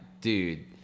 dude